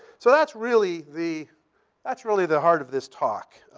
so that's really the that's really the heart of this talk.